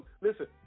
Listen